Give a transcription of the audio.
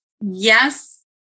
yes